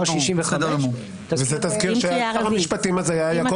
על 65. למיטב זיכרוני אז שר המשפטים היה נאמן.